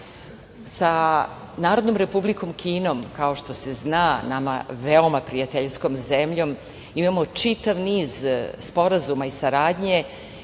Narodnom Republikom Kinom, kao što se zna, nama veoma prijateljskom zemljom, imamo čitav niz sporazuma saradnje